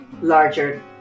larger